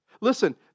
Listen